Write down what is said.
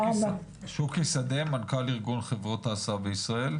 שוקי שדה, מנכ"ל ארגון חברות ההסעה בישראל.